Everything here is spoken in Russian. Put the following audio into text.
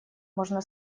можно